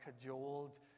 cajoled